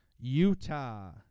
Utah